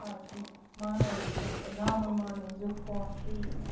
آز چھُنہٕ مانٲنی کانٛہہ زانُن مانٛنُے زیُٹھ کونٛس چھُ یی نہٕ